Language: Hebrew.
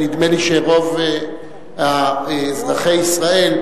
נדמה לי שרוב אזרחי ישראל,